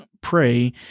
pray